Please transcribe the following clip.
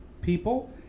people